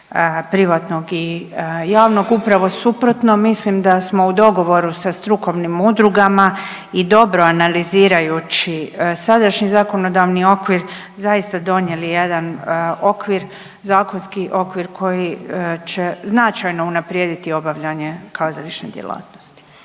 privatnog i javnog. Upravo suprotno, mislim da smo u dogovoru sa strukovnim udrugama i dobro analizirajući sadašnji zakonodavni okvir zaista donijeli jedan okvir, zakonski okvir koji će značajno unaprijediti obavljanje kazališne djelatnosti.